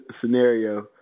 scenario